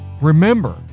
remember